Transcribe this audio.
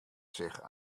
zich